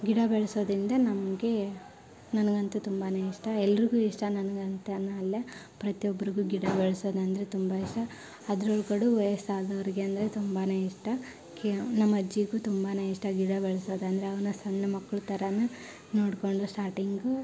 ಗಿಡ ಬೆಳೆಸೋದ್ರಿಂದ ನಮಗೆ ನನಗಂತೂ ತುಂಬಾ ಇಷ್ಟ ಎಲ್ಲರಿಗೂ ಇಷ್ಟ ನನಗೆ ಅಂತಾನೂ ಅಲ್ಲ ಪ್ರತಿಯೊಬ್ಬರಿಗೂ ಗಿಡ ಬೆಳೆಸೋದಂದ್ರೆ ತುಂಬ ಇಷ್ಟ ಅದರೊಳ್ಗಡೆ ವಯಸ್ಸಾದವರಿಗೆ ಅಂದರೆ ತುಂಬಾ ಇಷ್ಟ ಕೇಳಿ ನಮ್ಮಅಜ್ಜಿಗೂ ತುಂಬಾ ಇಷ್ಟ ಗಿಡ ಬೆಳೆಸೋದಂದ್ರೆ ಅವುನ್ನ ಸಣ್ಣಮಕ್ಳ ಥರ ನೋಡಿಕೊಂಡು ಸ್ಟಾರ್ಟಿಂಗು